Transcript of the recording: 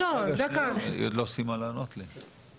היא עוד לא סיימה לענות לי.